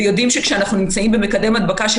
ויודעים שכשאנחנו נמצאים במקדם הדבקה של